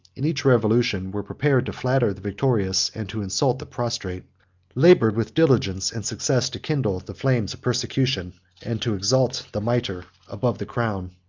in each revolution, were prepared to flatter the victorious, and to insult the prostrate labored, with diligence and success, to kindle the flames of persecution, and to exalt the mitre above the crown.